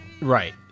Right